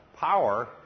Power